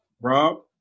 Rob